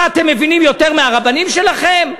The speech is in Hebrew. מה, אתם מבינים יותר מהרבנים שלכם?